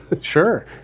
sure